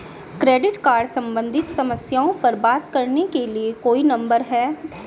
Credit card सम्बंधित समस्याओं पर बात करने के लिए कोई नंबर है?